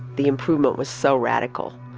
the improvement was so radical.